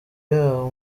yabo